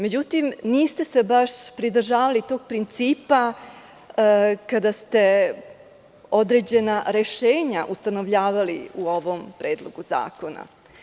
Međutim, niste se baš pridržavali tog principa kada ste određena rešenja ustanovljavala u ovom predlogu zakona.